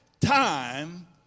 time